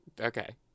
Okay